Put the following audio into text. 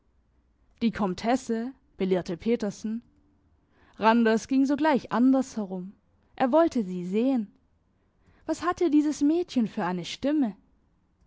die komtesse belehrte petersen randers ging sogleich anders herum er wollte sie sehen was hatte dieses mädchen für eine stimme